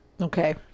Okay